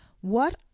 What